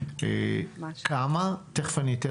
רציתי לשאול